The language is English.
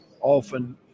often